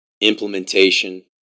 implementation